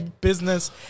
business